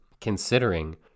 considering